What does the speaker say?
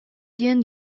диэн